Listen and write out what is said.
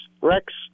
Rex